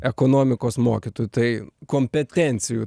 ekonomikos mokytoju tai kompetencijų